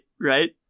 right